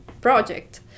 project